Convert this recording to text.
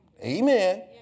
Amen